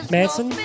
Manson